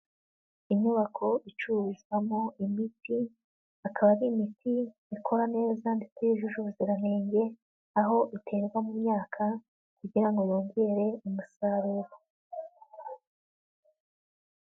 Inyubako icururizwamo imiti, akaba ari imiti ikora neza ndetse yujuje ubuziranenge, aho iterwa mu myaka kugira ngo bongere umusaruro.